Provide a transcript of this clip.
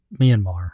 Myanmar